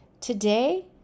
Today